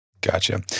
Gotcha